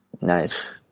Nice